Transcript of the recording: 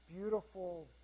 beautiful